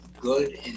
good